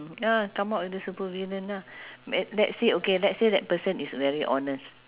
ya come out with a super villain lah l~ let's okay let's say that person is very honest